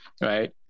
Right